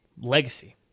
legacy